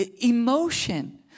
emotion